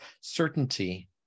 certainty